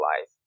life